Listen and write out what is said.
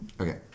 Okay